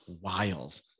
wild